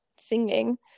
singing